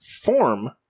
form